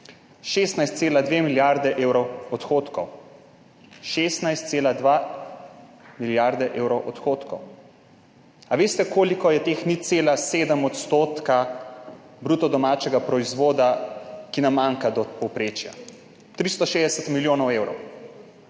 16,2 milijardi evrov odhodkov. 16,2 Milijarde evrov odhodkov A veste koliko je teh 0,7 odstotka bruto domačega proizvoda, ki nam manjka? Od povprečja 360 milijonov evrov,